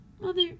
Mother